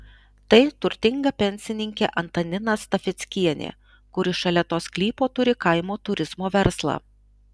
tai turtinga pensininkė antanina stafeckienė kuri šalia to sklypo turi kaimo turizmo verslą